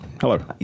hello